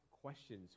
questions